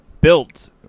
built